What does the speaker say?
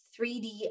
3D